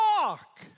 walk